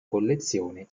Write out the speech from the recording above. collezione